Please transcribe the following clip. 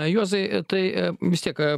juozai tai vis tiek